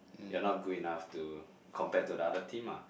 you are not good enough to compare to another team lah